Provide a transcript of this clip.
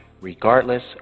regardless